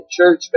church